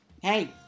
hey